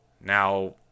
Now